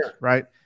right